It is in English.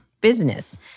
business